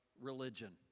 religion